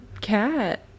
cat